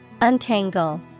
Untangle